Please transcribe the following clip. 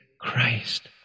Christ